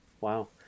Wow